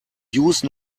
use